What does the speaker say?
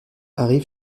arrive